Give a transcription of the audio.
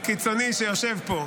--- הקיצוני שיושב פה.